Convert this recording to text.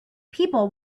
people